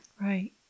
Right